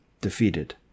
defeated